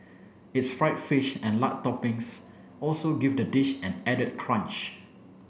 its fried fish and lard toppings also give the dish an added crunch